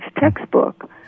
textbook